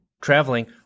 traveling